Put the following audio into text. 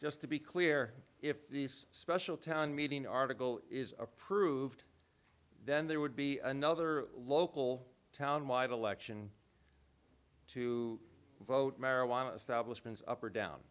just to be clear if this special town meeting article is approved then there would be another local town wide election to vote marijuana establishment up or down